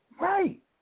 Right